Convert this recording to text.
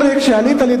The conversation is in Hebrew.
חבר הכנסת אפללו,